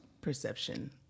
perception